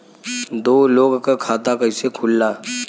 दो लोगक खाता कइसे खुल्ला?